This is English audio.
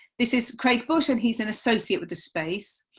this is craig bush, and he is an associate with the space.